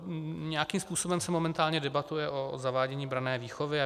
Nějakým způsobem se momentálně debatuje o zavádění branné výchovy.